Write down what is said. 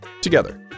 together